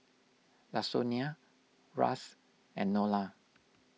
Lasonya Ras and Nola